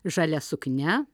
žalia suknia